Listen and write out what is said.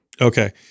Okay